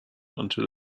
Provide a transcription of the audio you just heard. until